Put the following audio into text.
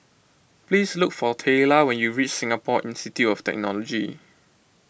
please look for Tayla when you reach Singapore Institute of Technology